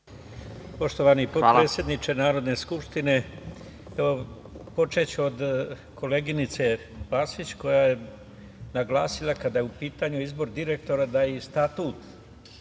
Poštovani potpredsedniče Narodne skupštine, počeću od koleginice Vacić, koja je naglasila da kada je u pitanju izbor direktora, da i statut